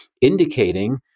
indicating